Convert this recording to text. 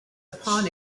upon